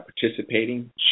participating